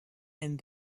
and